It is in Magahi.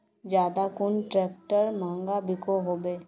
ज्यादा कुन ट्रैक्टर महंगा बिको होबे?